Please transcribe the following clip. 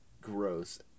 gross